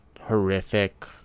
horrific